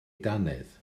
dannedd